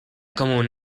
común